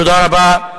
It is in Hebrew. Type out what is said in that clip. תודה רבה.